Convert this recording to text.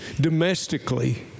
domestically